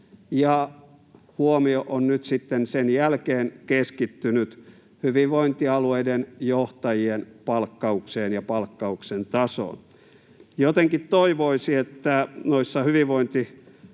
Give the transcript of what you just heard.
huomio on nyt sitten sen jälkeen keskittynyt hyvinvointialueiden johtajien palkkaukseen ja palkkauksen tasoon. Jotenkin toivoisi, että noissa hyvinvointialueilla